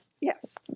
yes